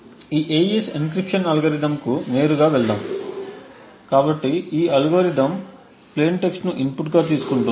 ఈ AES encryption అల్గోరిథంకు నేరుగా వెళదాము కాబట్టి ఈ అల్గోరిథం ప్లేయిన్ టెక్స్ట్ ను ఇన్పుట్గా తీసుకుంటుంది